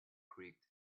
creaked